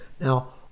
Now